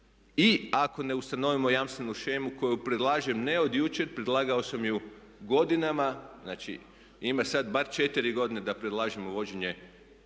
i ako ne ustanovimo jamstvenu shemu koju predlažem ne od jučer, predlagao sam je godinama, znači ima sad bar 3,5, 4 godine da predlažem uvođenje